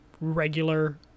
regular